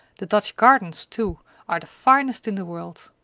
the dutch gardens, too, are the finest in the world.